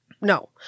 no